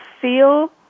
feel